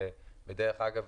דרך אגב,